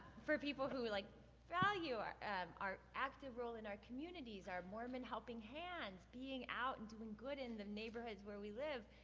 for people who like value our our active role in our communities, our mormon helping hands, being out and doing good in the neighborhoods where we live,